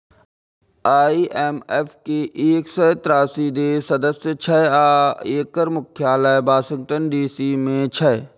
IMF के एक सय तेरासी देश सदस्य छै आ एकर मुख्यालय वाशिंगटन डी.सी मे छै